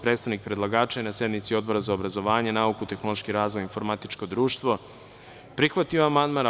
Predstavnik predlagača je na sednici Odbora za obrazovanje, nauku, tehnološki razvoj i informatičko društvo prihvatio amandman.